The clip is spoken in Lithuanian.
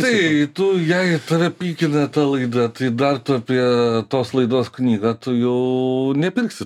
tai tu jei tave pykina ta laida tai dar apie tos laidos knygą tu jau nepirksi